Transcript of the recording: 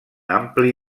ampli